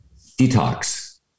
detox